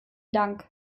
dank